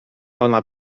ona